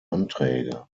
anträge